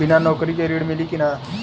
बिना नौकरी के ऋण मिली कि ना?